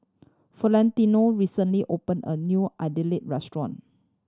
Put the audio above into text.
Flentino recently opened a new Idili restaurant